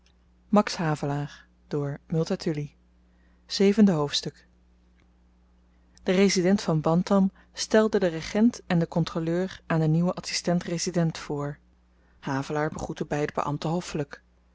kinderen zevende hoofdstuk de resident van bantam stelde den regent en den kontroleur aan den nieuwen adsistent resident voor havelaar begroette beide beambten